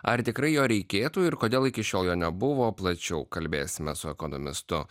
ar tikrai jo reikėtų ir kodėl iki šiol jo nebuvo plačiau kalbėsime su ekonomistu